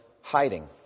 hiding